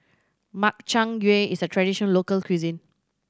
Makchang Gui is a traditional local cuisine